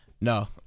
No